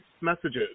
messages